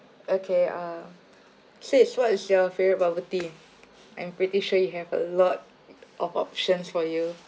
okay uh sis what is your favourite bubble tea I'm pretty sure you have a lot of options for you